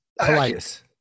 Colitis